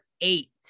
eight